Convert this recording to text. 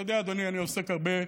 תודה רבה.